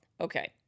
Okay